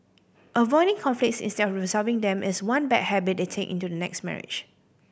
avoiding conflicts instead of resolving them is one bad habit they take into the next marriage